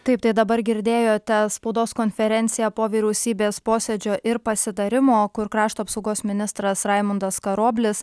taip tai dabar girdėjote spaudos konferenciją po vyriausybės posėdžio ir pasitarimo kur krašto apsaugos ministras raimundas karoblis